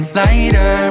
lighter